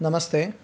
नमस्ते